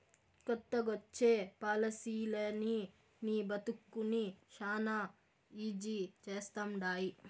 కొత్తగొచ్చే పాలసీలనీ నీ బతుకుని శానా ఈజీ చేస్తండాయి